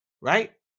Right